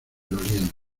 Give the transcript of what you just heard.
doliente